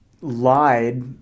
lied